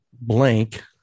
blank